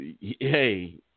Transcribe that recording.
hey